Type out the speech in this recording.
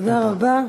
תודה רבה.